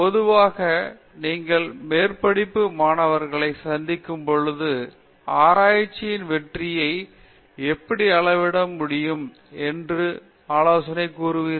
பேராசிரியர் பிரதாப் ஹரிதாஸ் பொதுவாக நீங்கள் மேற்படிப்பு மாணவர்களை சந்திக்கும் பொழுது ஆராய்ச்சியின் வெற்றியை எப்படி அளவிட வேண்டும் என்று ஆலோசனை கூறுவீர்கள்